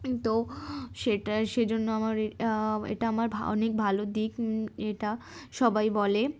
তো সেটা সেজন্য আমার এটা আমার অনেক ভালো দিক এটা সবাই বলে